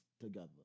together